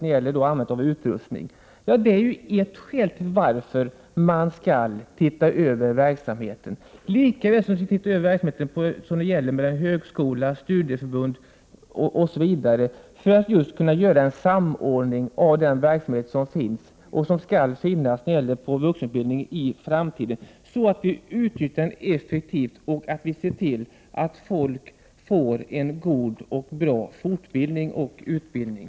Det gällde då utrustning. Detta är ju ett skäl till varför man bör se över verksamheten på samma sätt som vi ser över verksamheten när det gäller t.ex. högskola och studieförbund. Då kan man göra en samordning av den verksamhet som finns och som skall finnas när det gäller vuxenutbildning, så att resurserna utnyttjas effektivt och så att människor får en bra utbildning och fortbildning.